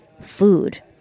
food